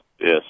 Yes